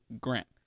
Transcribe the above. Grant